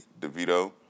DeVito